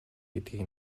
гэдгийг